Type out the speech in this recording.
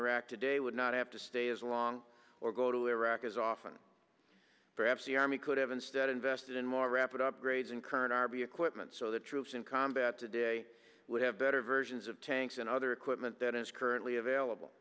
iraq today would not have to stay as long or go to iraq as often perhaps the army could have instead invested in more rapid upgrades and current rb equipment so the troops in combat today would have better versions of tanks and other equipment that is currently available